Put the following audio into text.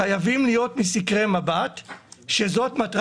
הדיאט הוא אפילו פחות טוב מבחינת תכולת החומרים שיש בו.